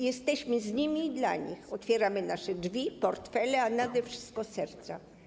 Jesteśmy z nimi i dla nich, otwieramy nasze drzwi, portfele, a nade wszystko serca.